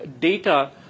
data